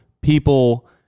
people